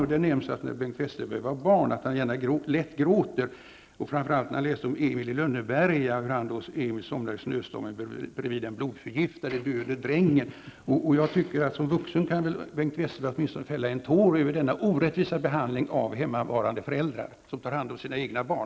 I den nämns att Bengt Westerberg som barn hade lätt för att gråta, framför allt när han läste Emil i Lönneberga, då Emil somnade i snöstormen bredvid den blodförgiftade, döende drängen. Som vuxen borde väl Bengt Westerberg kunna fälla en tår över den orättvisa behandlingen av hemmavarande föräldrar som tar hand om sina egna barn.